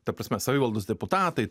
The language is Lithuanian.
ta prasme savivaldos deputatai